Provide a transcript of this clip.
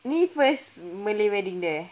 ni first malay wedding dia eh